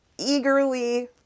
eagerly